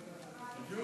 אני